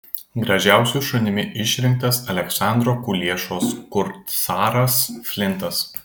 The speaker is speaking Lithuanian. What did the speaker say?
gražiausiu šunimi išrinktas aleksandro kuliešos kurtsharas flintas